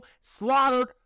slaughtered